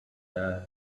the